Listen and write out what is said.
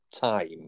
time